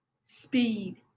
speed